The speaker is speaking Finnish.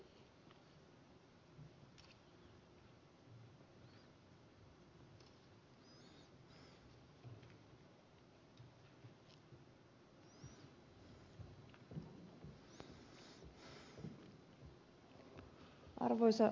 arvoisa puhemies